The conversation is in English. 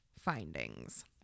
findings